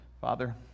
father